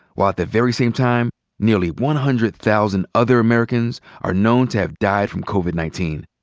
while at the very same time nearly one hundred thousand other americans are known to have died from covid nineteen.